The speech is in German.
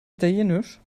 italienisch